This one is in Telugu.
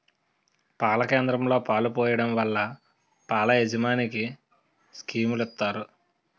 పాల కేంద్రంలో పాలు పోయడం వల్ల పాల యాజమనికి స్కీములు ఇత్తారు